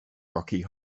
rocky